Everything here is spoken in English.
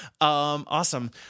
Awesome